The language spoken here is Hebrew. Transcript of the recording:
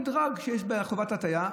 מדרג שיש בחובת עטייה,